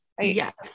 Yes